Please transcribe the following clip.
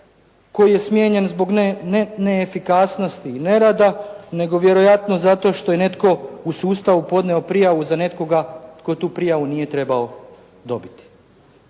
koji je smijenjen zbog neefikasnosti i nerada nego vjerojatno zato što je netko u sustavu podnio prijavu za nekoga tko tu prijavu nije trebao dobiti.